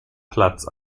platz